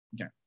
Okay